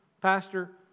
Pastor